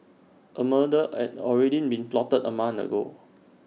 A murder had already been plotted A month ago